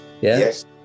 Yes